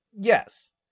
Yes